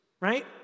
right